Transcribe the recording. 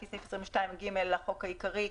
לפי סעיף 22ג' לחוק העיקרי,